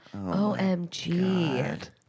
Omg